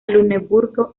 luneburgo